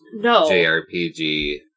JRPG